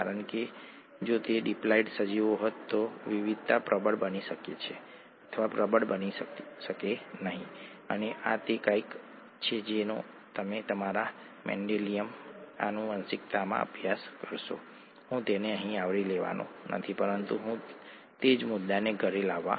આ છે વીડિયો અહીં 19 નંબરનો છે કૃપા કરીને તે વીડિયો પર એક નજર નાખો